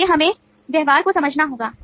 इसलिए हमें व्यवहार को समझना होगा